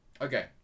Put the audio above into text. Okay